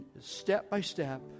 step-by-step